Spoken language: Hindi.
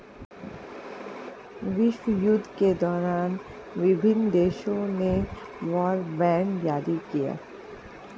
विश्वयुद्धों के दौरान विभिन्न देशों ने वॉर बॉन्ड जारी किया